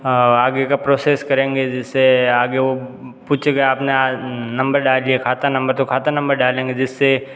आगे का प्रोसेस करेंगे जिससे आगे वो पूछेगा अपने नंबर डालिए खाता नंबर तो खाता नंबर डालेंगे जिससे